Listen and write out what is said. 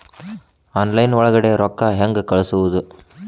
Online ಒಳಗಡೆ ರೊಕ್ಕ ಹೆಂಗ್ ಕಳುಹಿಸುವುದು?